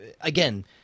again